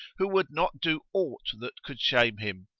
who would not do aught that could shame him,